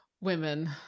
women